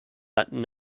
latin